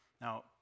Now